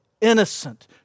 innocent